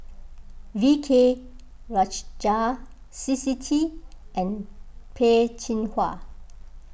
V K Rajah C C T and Peh Chin Hua